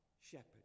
shepherd